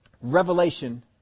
Revelation